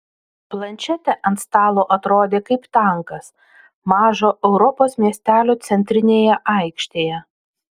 planšetė ant stalo atrodė kaip tankas mažo europos miestelio centrinėje aikštėje